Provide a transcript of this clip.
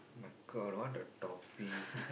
!my god! I don't want that topic